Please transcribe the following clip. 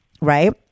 right